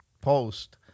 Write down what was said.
post